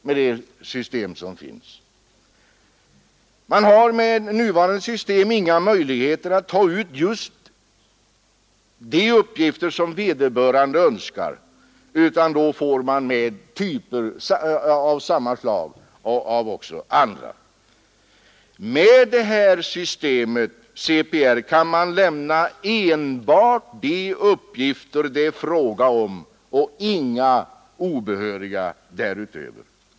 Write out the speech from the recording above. Med nuvarande system har man inga möjligheter att ta ut just de uppgifter som vederbörande önskar, utan då får man med också andra uppgifter av samma slag. Med CPR kan man lämna enbart de uppgifter det är fråga om och inga obehöriga därutöver.